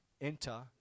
enter